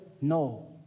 No